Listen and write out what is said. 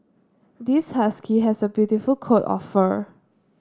this husky has a beautiful coat of fur